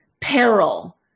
peril